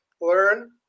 learn